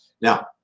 Now